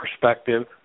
perspective